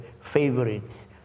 favorites